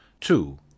Two